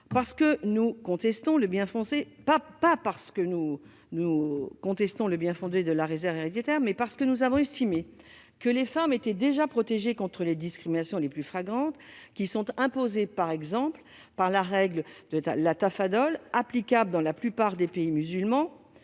parce que nous contestons le bien-fondé de la réserve héréditaire, mais parce que nous avons estimé que les femmes étaient déjà protégées contre les discriminations les plus flagrantes imposées, par exemple, par la règle de tafadol, applicable dans la plupart des pays musulmans,